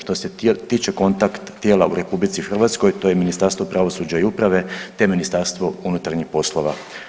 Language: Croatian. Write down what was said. Što se tiče kontakt tijela u RH to je Ministarstvo pravosuđa i uprave, te Ministarstvo unutarnjih poslova.